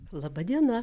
laba diena